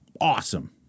awesome